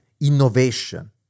innovation